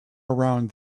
around